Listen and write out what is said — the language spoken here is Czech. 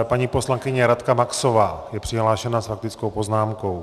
Paní poslankyně Radka Maxová je přihlášena s faktickou poznámkou.